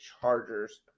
Chargers